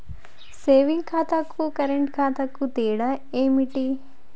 Saving ఖాతాకు current ఖాతాకు తేడా ఏంటిది?